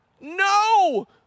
No